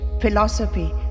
philosophy